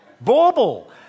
bauble